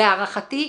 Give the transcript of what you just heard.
להערכתי,